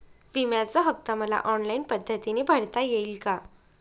विम्याचा हफ्ता मला ऑनलाईन पद्धतीने भरता येईल का?